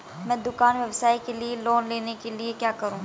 मैं दुकान व्यवसाय के लिए लोंन लेने के लिए क्या करूं?